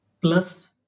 plus